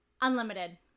unlimited